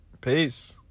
Peace